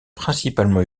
principalement